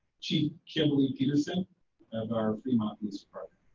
chief kimberly peterson of our fremont police